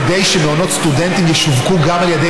כדי שמעונות סטודנטים ישווקו גם על ידי